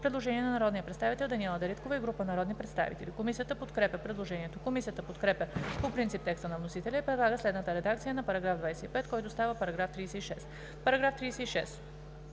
предложение на народния представител Даниела Дариткова и група народни представители. Комисията подкрепя предложението. Комисията подкрепя по принцип текста на вносителя и предлага следната редакция на § 25, който става § 36: „§ 36.